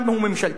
גם אם הוא ממשלתי,